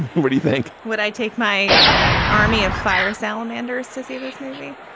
what do you think? would i take my army of fire salamander's to see this movie?